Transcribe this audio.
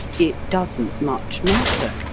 it doesn't much matter.